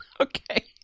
okay